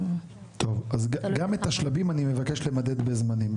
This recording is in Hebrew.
טוב, גם את השלבים אני מבקש למדד בזמנים.